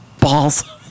balls